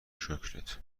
شکرت